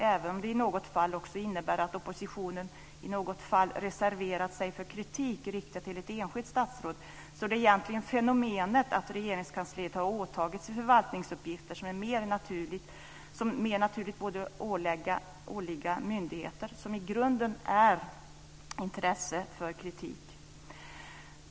Även om det i något fall också inneburit att oppositionen reservat sig för kritik riktad mot ett enskilt statsråd är det egentligen fenomenet att Regeringskansliet har åtagit sig förvaltningsuppgifter som mer naturligt borde åligga myndigheter som i grunden är av intresse för kritik.